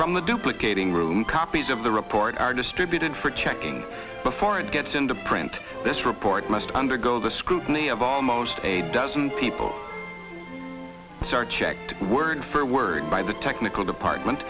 from the duplicating room copies of the report are distributed for checking before it gets into print this report must undergo the scrutiny of almost a dozen people start checked word for word by the technical department